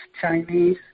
Chinese